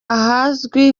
ahazwi